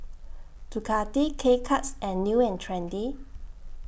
Ducati K Cuts and New and Trendy